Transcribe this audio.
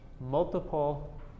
multiple